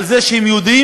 כשהם יודעים